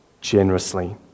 generously